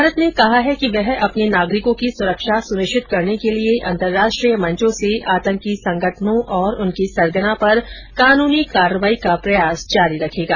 भारत ने कहा है कि वह अपने नागरिकों की सुरक्षा सुनिश्चित करने के लिए अंतर्राष्ट्रीय मंचों से आतंकी संगठनों और उनके सरगना पर कानूनी कार्रवाई का प्रयास जारी रखेगा